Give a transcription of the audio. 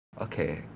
Okay